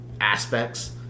aspects